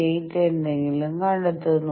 8 എന്തെങ്കിലും കണ്ടെത്തുന്നു